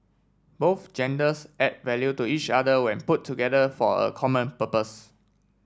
both genders add value to each other when put together for a common purpose